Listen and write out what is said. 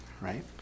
right